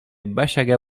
bachagha